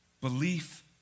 belief